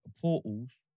portals